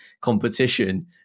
competition